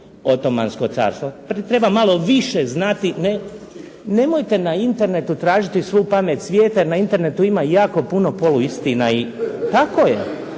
Otomansko carstvo. Nemojte na Internetu tražiti svu pamet svijeta jer na Internetu ima jako puno polu istina